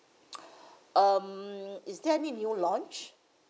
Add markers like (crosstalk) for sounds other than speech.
(noise) um is there any new launch